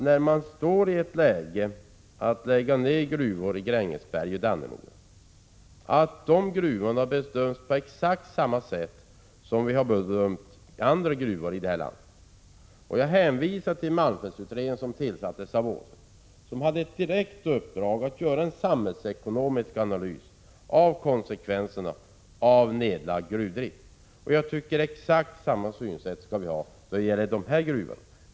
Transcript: När man står inför en nedläggning av gruvorna i Grängesberg och Dannemora, bedöms de gruvorna på exakt samma sätt som vi bedömt andra gruvor i detta land. Jag hänvisar till malmfältsutredningen, som hade ett direkt uppdrag att göra en samhällsekonomisk analys av konsekvenserna av nedläggning av gruvdrift. Jag tycker att vi skall ha exakt samma synsätt när det gäller dessa gruvor.